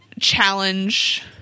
challenge